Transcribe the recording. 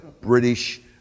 British